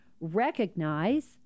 Recognize